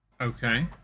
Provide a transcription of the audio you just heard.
Okay